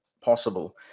possible